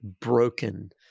broken